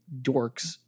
dorks